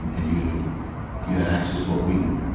and you knew you had access to what we knew.